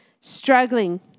struggling